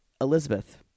elizabeth